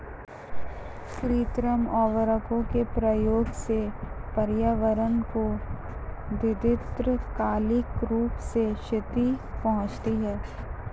कृत्रिम उर्वरकों के प्रयोग से पर्यावरण को दीर्घकालिक रूप से क्षति पहुंचती है